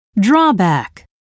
drawback